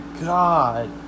God